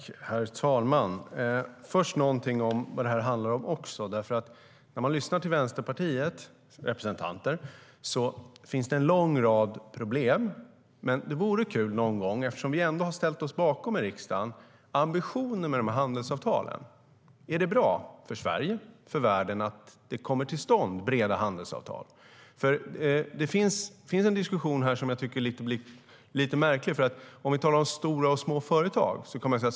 Herr talman! Jag ska först säga någonting om vad det här handlar om också. När man lyssnar till Vänsterpartiets representanter tar de upp en lång rad problem. Men eftersom vi i riksdagen har ställt oss bakom ambitionen med handelsavtalen undrar jag om det är bra för Sverige och för världen att det kommer till stånd breda handelsavtal. Det finns en diskussion här som jag tycker är lite märklig när det gäller stora och små företag.